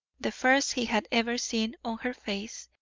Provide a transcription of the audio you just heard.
the first he had ever seen on her face,